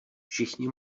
všichni